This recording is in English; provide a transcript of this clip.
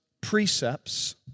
precepts